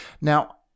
Now